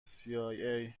cia